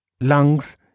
lungs